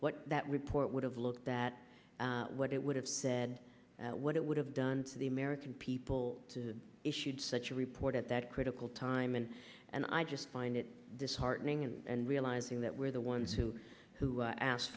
what that report would have looked that what it would have said what it would have done to the american people to issued such a report at that critical time and and i just find it disheartening and realizing that we're the ones who who asked